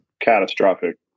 catastrophic